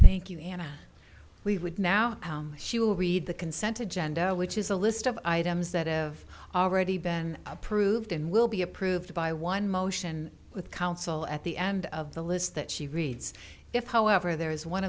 thank you and i we would now she will read the consent to gender which is a list of items that have already been approved and will be approved by one motion with council at the end of the list that she reads if however there is one